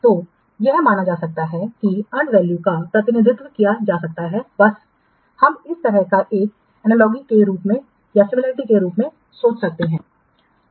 तो यह माना जा सकता है कि अर्नवैल्यू का प्रतिनिधित्व किया जा सकता है बस हम इस तरह एक सादृश्य के रूप में सोच सकते हैं